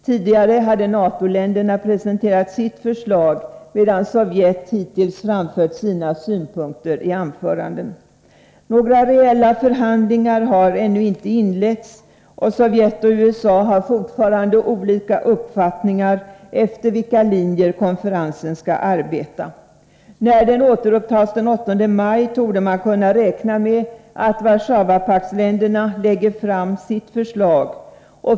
Tidigare hade NATO-länderna presenterat sitt förslag, medan Sovjet hittills framfört sina synpunkter i anföranden. Några reella förhandlingar har ännu inte inletts, och Sovjet och USA har fortfarande olika uppfattningar om efter vilka linjer konferensen skall arbeta. När den återupptas den 8 maj torde man kunna räkna med att Warszawapaktsländerna lägger fram sitt förslag.